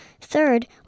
Third